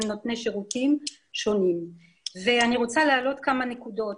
נותני שירותים שונים ואני רוצה להעלות כמה נקודות.